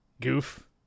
goof